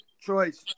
choice